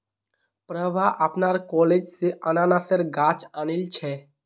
प्रभा अपनार कॉलेज स अनन्नासेर गाछ आनिल छ